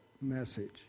message